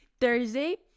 thursday